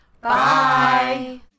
Bye